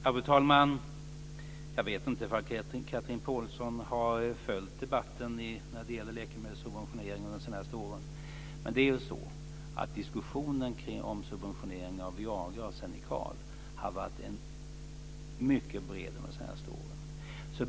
Fru talman! Jag vet inte om Chatrine Pålsson har följt debatten när det gäller läkemedelssubventioneringen de senaste åren. Men det är så att diskussionen om subventionering av Viagra och Xenical har varit mycket bred under de senaste åren.